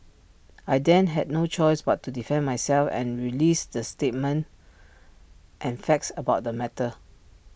I then had no choice but to defend myself and release the statements and facts about the matter